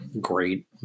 great